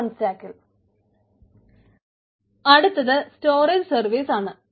open സ്റ്റാക്കിൽ അടുത്തത് storage സർവീസാണ്